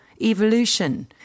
evolution